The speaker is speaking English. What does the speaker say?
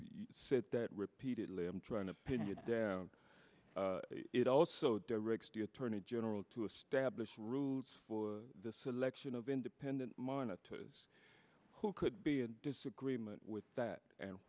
said that repeatedly i'm trying to pin you down it also directs the attorney general to establish rules for the selection of independent monitors who could be in disagreement with that and